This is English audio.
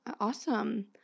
Awesome